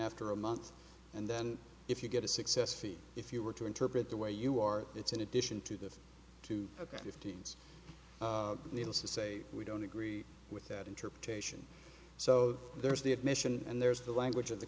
after a month and then if you get a successful if you were to interpret the way you are it's in addition to the two again if teens needless to say we don't agree with that interpretation so there's the admission and there's the language